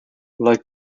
like